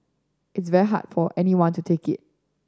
it's very hard for anyone to take it